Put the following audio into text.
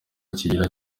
kigira